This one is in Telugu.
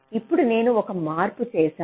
ఇప్పుడు నేను ఒక మార్పు చేసాను